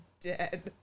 dead